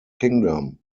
kingdom